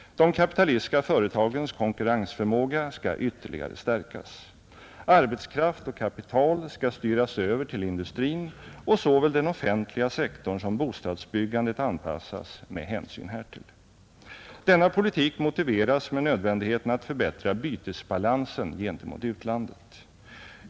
De kapitalistiska företagens konkurrensförmåga skall ytterligare stärkas. Arbetskraft och kapital skall styras över till industrin och såväl den offentliga sektorn som bostadsbyggandet anpassas med hänsyn härtill. Denna politik motiveras med nödvändigheten att förbättra bytesbalansen gentemot utlandet.